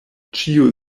ĉiu